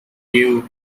give